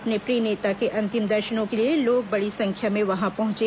अपने प्रिय नेता के अंतिम दर्शनों के लिए लोग बड़ी संख्या में वहां पहुंचे